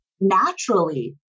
naturally